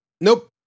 Nope